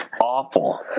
awful